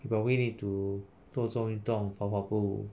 but really need to 做做运动跑跑步